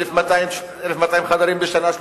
1,200 חדרים בשנה,